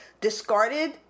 discarded